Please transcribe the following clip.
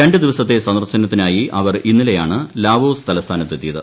രണ്ടു ദിവസത്തെ സന്ദർശത്തിനായി അവർ ഇന്നലെയാണ് ലാവോസ് തലസ്ഥാനത്ത് എത്തിയത്